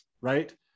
right